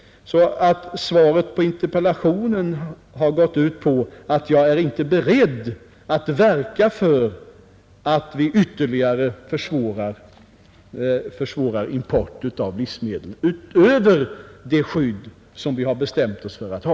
Svaret på interpellationen har gått ut på att jag inte är beredd att verka för att ytterligare försvåra importen av livsmedel utöver det skydd som vi har bestämt oss för att ha.